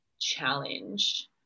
challenge